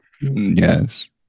Yes